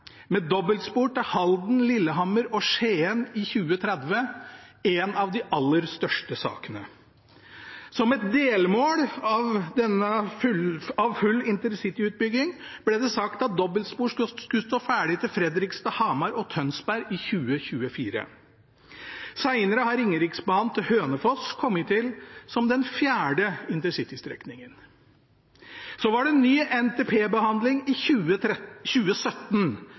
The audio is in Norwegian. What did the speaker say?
med dobbeltspor til Halden, Lillehammer og Skien i 2030 en av de aller største sakene. Som et delmål av full InterCity-utbygging ble det sagt at dobbeltspor skulle stå ferdig til Fredrikstad, Hamar og Tønsberg i 2024. Senere har Ringeriksbanen til Hønefoss kommet til som den fjerde InterCity-strekningen. Så var det ny NTP-behandling i 2017,